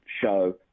show